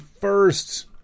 first